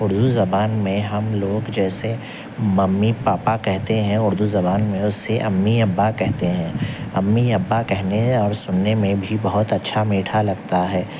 اردو زبان میں ہم لوگ جیسے ممی پاپا کہتے ہیں اردو زبان میں اسے امی ابا کہتے ہیں امی ابا کہنے اور سننے میں بھی بہت اچھا میٹھا لگتا ہے